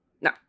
No